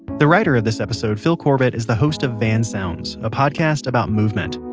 the writer of this episode fil corbitt is the host of van sounds, a podcast about movement.